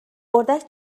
اردک